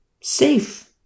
Safe